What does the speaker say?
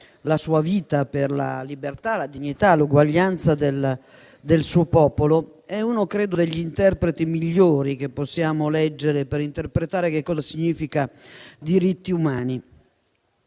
la sua vita per la libertà, la dignità e l'uguaglianza del suo popolo, è uno degli interpreti migliori che possiamo leggere per aiutarci a capire cosa significa diritti umani.